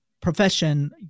Profession